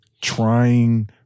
trying